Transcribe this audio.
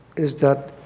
is that